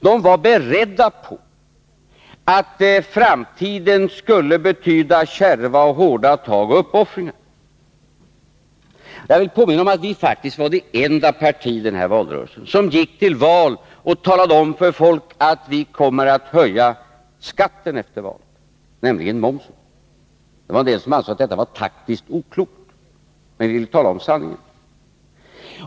De var beredda på att framtiden skulle betyda kärva och hårda tag och uppoffringar. Jag vill påminna om att vi faktiskt var det enda parti i den här valrörelsen som gick till val och talade om för folk att vi kommer att höja skatten efter valet, nämligen momsen. Det var en del som ansåg att detta var taktiskt oklokt, men vi ville tala om sanningen.